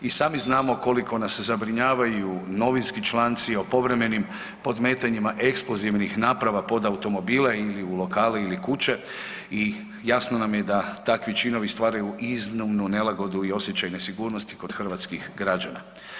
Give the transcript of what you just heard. I sami znamo koliko nas zabrinjavaju novinski članci o povremenim podmetanjima eksplozivnih naprava pod automobile ili u lokale ili kuće i jasno nam je da takvi činovi stvaraju iznimnu nelagodu i osjećaj nesigurnosti kod hrvatskih građana.